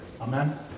Amen